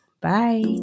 Bye